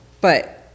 But-